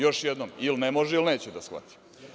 Još jednom, ili ne može ili neće da shvati.